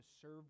serve